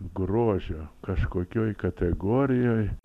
grožio kažkokioj kategorijoj